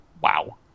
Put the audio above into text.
Wow